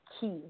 key